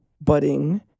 budding